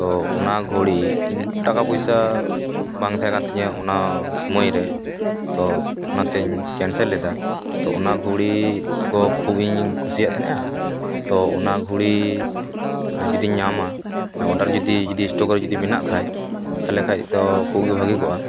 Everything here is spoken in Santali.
ᱛᱚ ᱚᱱᱟ ᱜᱷᱚᱲᱤ ᱤᱧ ᱴᱟᱠᱟ ᱯᱚᱭᱥᱟ ᱵᱟᱝ ᱛᱟᱦᱮᱸ ᱠᱟᱱ ᱛᱤᱧᱟᱹ ᱚᱱᱟ ᱥᱚᱢᱚᱢ ᱨᱮ ᱛᱚ ᱚᱱᱟ ᱛᱮᱧ ᱠᱮᱱᱥᱮᱞ ᱞᱮᱫᱟ ᱛᱚ ᱚᱱᱟ ᱜᱷᱚᱲᱤ ᱛᱚ ᱠᱷᱩᱵᱽ ᱤᱧ ᱠᱩᱥᱤᱣᱟᱜ ᱛᱟᱦᱮᱱᱟ ᱛᱚ ᱚᱱᱟ ᱜᱷᱚᱲᱤ ᱡᱩᱫᱤᱧ ᱧᱟᱢᱟ ᱳᱰᱟᱨ ᱡᱩᱫᱤ ᱡᱩᱫᱤ ᱮᱥᱴᱳᱠ ᱨᱮ ᱢᱮᱱᱟᱜ ᱠᱷᱟᱡ ᱛᱟᱦᱚᱞᱮ ᱠᱷᱟᱱ ᱫᱚ ᱠᱷᱩᱵᱽ ᱜᱮ ᱵᱷᱟᱜᱮ ᱠᱚᱜᱼᱟ